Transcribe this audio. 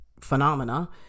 phenomena